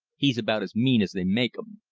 he's about as mean as they make em.